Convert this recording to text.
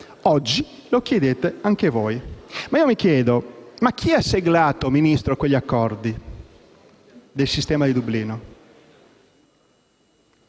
Oggi lo chiedete anche voi. Ma io mi chiedo: chi ha siglato, Ministro, gli accordi di Dublino